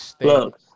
Look